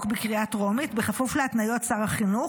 בקריאה טרומית בכפוף להתניות שר החינוך.